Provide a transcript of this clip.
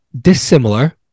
dissimilar